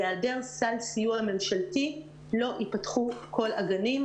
בהיעדר סל סיוע ממשלתי לא ייפתחו כל הגנים,